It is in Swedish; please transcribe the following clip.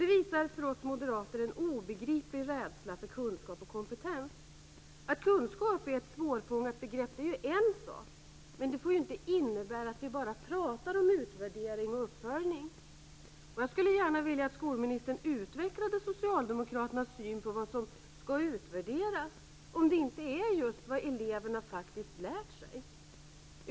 Det visar för oss moderater en obegriplig rädsla för kunskap och kompetens. Att kunskap är ett svårfångat begrepp är ju en sak, men det får inte innebära att vi bara pratar om utvärdering och uppföljning. Jag skulle gärna vilja att skolministern utvecklade Socialdemokraternas syn på vad som skall utvärderas, om det inte är just vad eleverna faktiskt lärt sig.